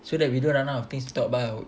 so that we don't run out of things to talk about